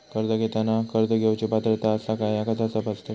कर्ज घेताना कर्ज घेवची पात्रता आसा काय ह्या कसा तपासतात?